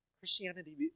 Christianity